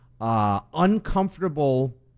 uncomfortable